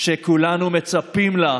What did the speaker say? שכולנו מצפים לה,